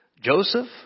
Joseph